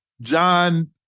John